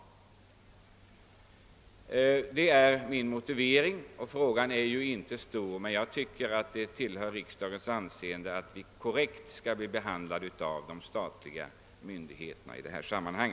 Det är min motivering. Frågan är ju inte stor, men jag tycker att riksdagen bör hålla på sitt anseende och kräva att bli korrekt behandlad av de statliga myndigheterna i sådana här sammanhang.